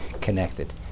connected